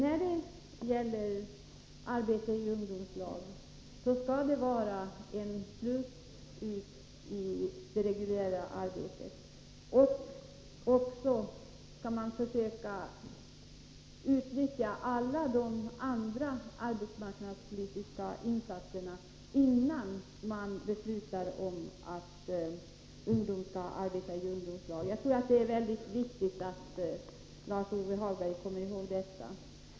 Arbete i ungdomslag skall vara en sluss ut till det reguljära arbetslivet. Man skall också försöka utnyttja alla andra arbetsmarknadspolitiska insatser innan man beslutar att ungdomar skall arbeta i ungdomslag. Det är väldigt viktigt, Lars-Ove Hagberg, att komma ihåg detta.